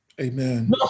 Amen